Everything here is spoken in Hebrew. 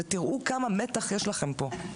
ותראו כמה מתח יש לכם פה.